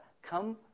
Come